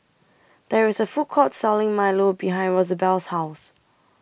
There IS A Food Court Selling Milo behind Rosabelle's House